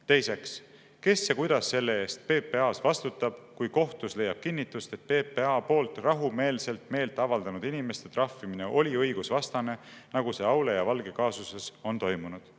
Teiseks, kes ja kuidas selle eest PPA‑s vastutab, kui kohtus leiab kinnitust, et PPA poolt rahumeelselt meelt avaldanud inimeste trahvimine oli õigusvastane, nagu see Aule ja Valge kaasuses on toimunud?